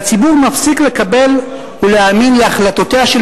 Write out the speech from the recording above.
והציבור מפסיק לקבל ולהאמין להחלטותיה של